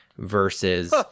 versus